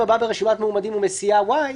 אם הבא ברשימת מועמדים הוא מסיעה Y,